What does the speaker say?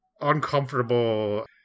uncomfortable